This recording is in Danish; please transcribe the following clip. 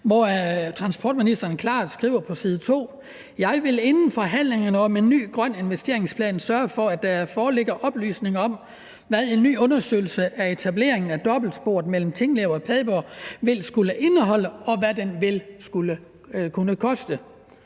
transportministeren klart skriver på side 2: »Jeg vil inden forhandlingerne om en ny grøn investeringsplan sørge for, at der foreligger oplysninger om, hvad en ny undersøgelse af etableringen af dobbeltspor mellem Tinglev og Padborg vil koste og skulle omfatte.« Jeg synes